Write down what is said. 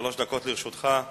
שלוש דקות לרשותך.